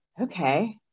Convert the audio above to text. okay